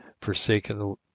forsaken